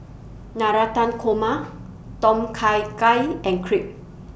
Navratan Korma Tom Kha Gai and Crepe